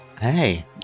Hey